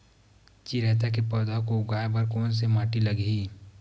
चिरैता के पौधा को उगाए बर कोन से माटी लगही?